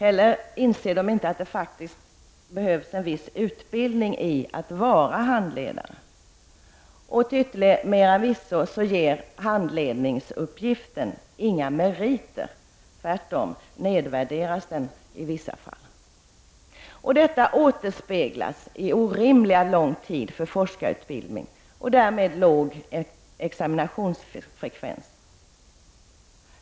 De inser inte heller att det behövs en viss utbildning i att vara handledare. Till yttermera visso ger handledningsuppgiften inga meriter, tvärtom nedvärderas uppgiften i vissa fall. Detta återspeglas i orimligt långt tid för forskarutbildning och därmed låg examinationsfrekvens.